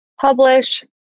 Publish